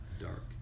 dark